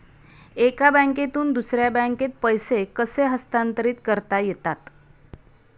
एका बँकेतून दुसऱ्या बँकेत पैसे कसे हस्तांतरित करता येतात?